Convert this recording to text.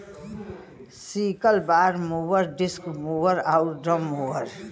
sickle bar mower, disc mower आउर drum mower